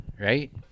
right